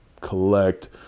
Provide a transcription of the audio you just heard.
collect